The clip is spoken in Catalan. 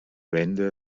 venda